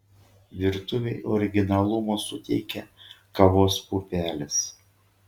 virtuvei originalumo suteikia kavos pupelės